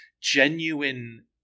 genuine